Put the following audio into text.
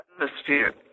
atmosphere